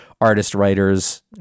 artist-writers